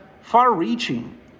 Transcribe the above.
far-reaching